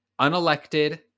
unelected